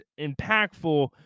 impactful